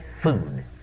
food